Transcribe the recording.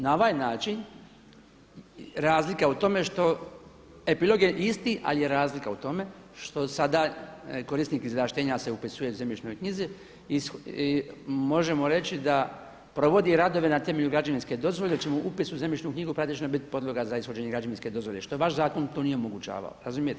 Na ovaj način razlika je u tome što epilog je isti ali je razlika u tome što sada korisnik izvlaštenja se upisuje u zemljišnoj knjizi možemo reći da provodi radove na temelju građevinske dozvole … upis u zemljišnu knjigu praktično biti podloga za ishođenje građevinske dozvole što vaš zakon to nije omogućavao, razumijete.